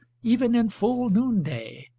even in full noonday,